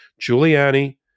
Giuliani